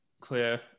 clear